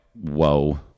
whoa